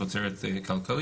תוצרת כלכלית,